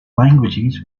languages